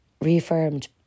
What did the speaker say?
reaffirmed